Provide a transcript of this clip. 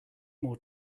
more